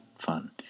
fun